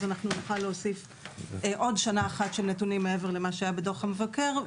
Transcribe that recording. אז אנחנו נוכל להוסיף עוד שנה אחת של נתונים מעבר למה שהיה בדוח המבקר.